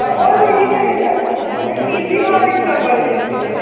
आं व्होय व्होय दिता दिता मागीर फीजूय हा दिसता बोरे तेंचे